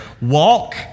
walk